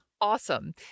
awesome